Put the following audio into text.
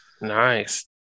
Nice